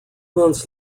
months